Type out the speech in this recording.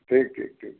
ठीक ठीक ठीक ठीक